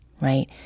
right